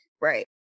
Right